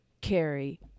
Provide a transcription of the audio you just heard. carry